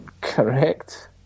Correct